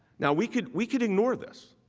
now, we can we can ignore this.